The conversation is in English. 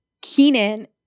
Keenan